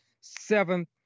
seven